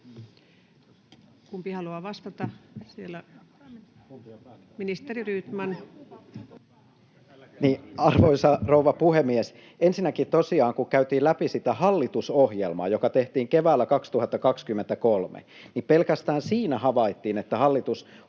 Kumpi on päättämässä?] — Ministeri Rydman. Arvoisa rouva puhemies! Ensinnäkin tosiaan, kun käytiin läpi sitä hallitusohjelmaa, joka tehtiin keväällä 2023, niin havaittiin, että pelkästään